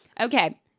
okay